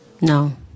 No